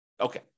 Okay